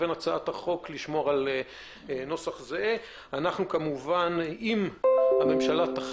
לשמור על נוסח זהה בין התזכיר להצעת החוק.